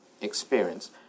experience